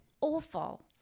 awful